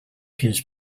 his